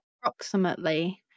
approximately